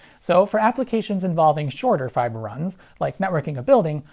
so for applications involving shorter fiber runs, like networking a building,